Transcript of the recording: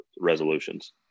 resolutions